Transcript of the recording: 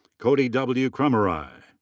cody w. krumrie.